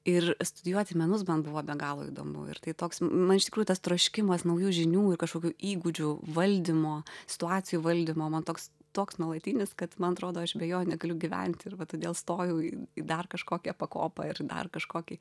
ir studijuoti menus man buvo be galo įdomu ir tai toks man iš tikrųjų tas troškimas naujų žinių ir kažkokių įgūdžių valdymo situacijų valdymo man toks toks nuolatinis kad man atrodo aš be jo negaliu gyventi ir va todėl stojau į dar kažkokią pakopą ir dar kažkokį